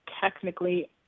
technically